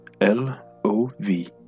L-O-V